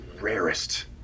rarest